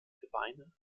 gebeine